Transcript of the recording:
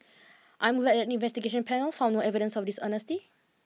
I'm glad that the investigation panel found no evidence of dishonesty